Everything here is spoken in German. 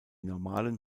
normalen